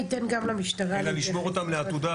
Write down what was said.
אלא לשמור אותם לעתודה